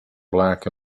black